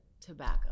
tobacco